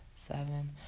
Seven